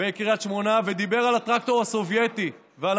בקריית שמונה ודיבר על הטרקטור הסובייטי ועל